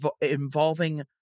involving